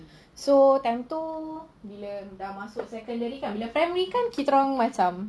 so time tu bila dah masuk secondary kan bila primary kan kita orang macam